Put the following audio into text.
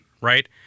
right